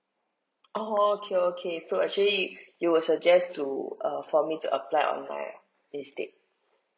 orh okay okay so actually you would suggest to uh for me to apply online ah instead